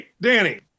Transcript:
Danny